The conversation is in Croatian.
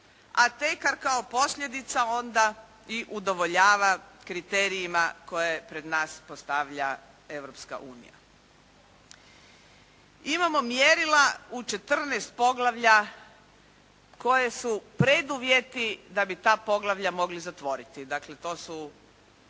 a tekar kao posljedica onda i udovoljava kriterijima koje pred nas postavlja Europska unija. Imamo mjerila u 14 poglavlja koje su preduvjeti da bi ta poglavlja mogli zatvoriti. Dakle, to su